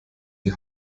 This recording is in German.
die